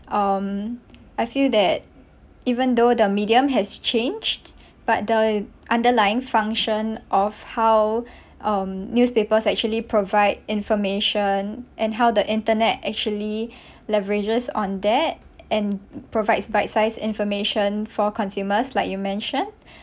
um I feel that even though the medium has changed but the underlying function of how um newspapers actually provide information and how the internet actually leverages on that and provides bite-sized information for consumers like you mention